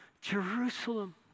Jerusalem